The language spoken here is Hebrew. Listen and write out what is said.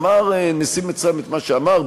אמר נשיא מצרים את מה שאמר,